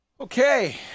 Okay